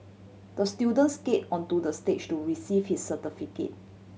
the student skate onto the stage to receive his certificate